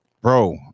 bro